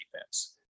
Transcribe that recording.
defense